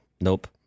nope